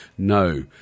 No